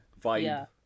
vibe